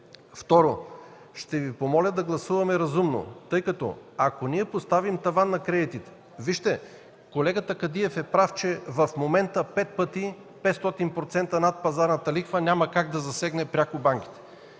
Второ, ще Ви помоля да гласуваме разумно, тъй като ако поставим таван на кредитите... Вижте, колегата Кадиев е прав, че в момента 500% над пазарната лихва няма как да засегне пряко банките.